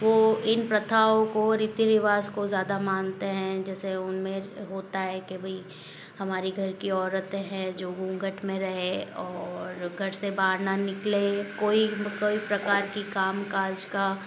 वो इन प्रथाओं को रीति रिवाज को ज़्यादा मानते हैं जैसे उनमें होता है कि भाई हमारे घर की औरत है जो घूंघट में रहे और घर से बाहर न निकले कोई कई प्रकार की कामकाज का